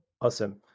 Awesome